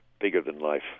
bigger-than-life